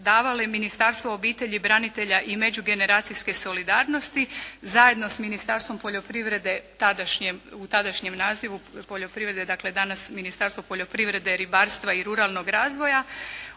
davale Ministarstvo obitelji, branitelja i međugeneracijske solidarnosti zajedno s Ministarstvom poljoprivrede u tadašnjem nazivu poljoprivrede, dakle danas Ministarstvo poljoprivrede, ribarstva i ruralnog razvoja.